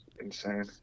insane